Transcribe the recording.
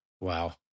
Wow